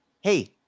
hey